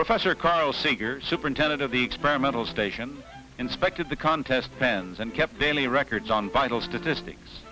professor carl seeger superintendent of the experimental station inspected the contest pens and kept daily records on vital statistics